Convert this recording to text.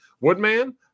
Woodman